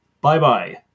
Bye-bye